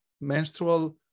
menstrual